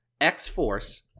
X-Force